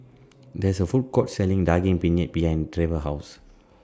There IS A Food Court Selling Daging Penyet behind Trever's House